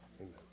Amen